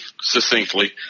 succinctly